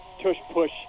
tush-push